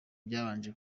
byanjye